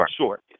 sure